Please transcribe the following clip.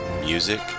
music